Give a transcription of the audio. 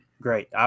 Great